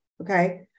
okay